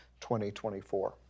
2024